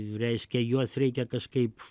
reiškia juos reikia kažkaip